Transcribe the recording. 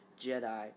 Jedi